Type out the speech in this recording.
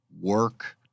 work